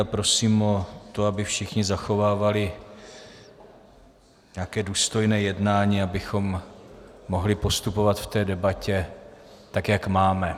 Prosím o to, aby všichni zachovávali nějaké důstojné jednání, abychom mohli postupovat v debatě tak, jak máme.